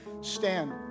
stand